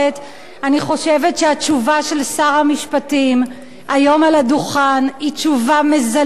אני חושבת שהתשובה של שר המשפטים היום על הדוכן היא תשובה מזלזלת,